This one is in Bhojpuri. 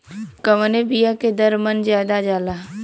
कवने बिया के दर मन ज्यादा जाला?